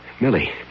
Millie